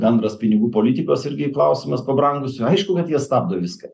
bendras pinigų politikos irgi klausimas pabrangus aišku kad jie stabdo viską